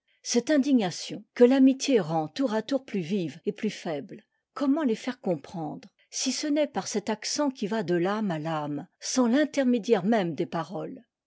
cette indignation que t'amitié rend tour à tour plus vive et plus faible comment les faire comprendre si ce n'est par cet accent qui va de l'âme à l'âme sans l'intermédiaire même des paroles